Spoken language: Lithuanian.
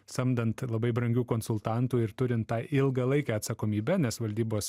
samdant labai brangių konsultantų ir turint tą ilgalaikę atsakomybę nes valdybos